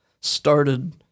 started